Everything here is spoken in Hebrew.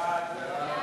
סעיפים 1 5